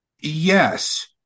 Yes